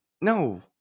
no